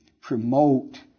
promote